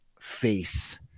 face